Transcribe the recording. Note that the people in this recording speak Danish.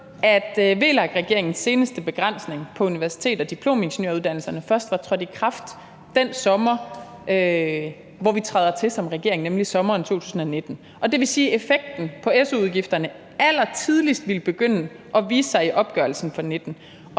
at VLAK-regeringens seneste begrænsning på universitets- og diplomingeniøruddannelserne først var trådt i kraft den sommer, hvor vi trådte til som regering, nemlig sommeren 2019. Og det vil sige, at effekten på su-udgifterne allertidligst ville begynde at vise sig i opgørelsen for 2019,